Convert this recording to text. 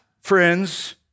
friends